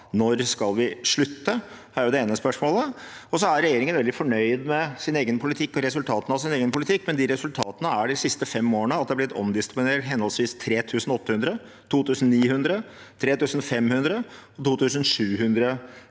Når skal vi slutte? Det er det ene spørsmålet. Og så er regjeringen veldig fornøyd med sin egen politikk og resultatene av sin egen politikk, men de resultatene er at det i de siste fem årene er blitt omdisponert henholdsvis 3 800, 2 900, 3 500 og 2 700